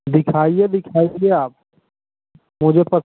दिखाइए दिखाइए आप